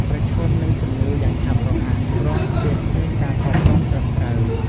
ប្រឈមនឹងជំងឺយ៉ាងឆាប់រហ័ស ព្រោះវាគ្មានការថែទាំត្រឹមត្រូវ។